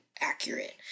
accurate